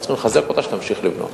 ואנחנו צריכים לחזק אותה שתמשיך לבנות.